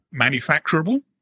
manufacturable